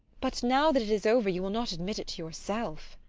but now that it is over, you will not admit it to yourself.